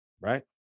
right